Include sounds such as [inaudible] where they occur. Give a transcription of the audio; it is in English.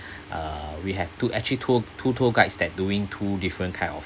[breath] uh we have two actually tour two tour guides that doing two different kind of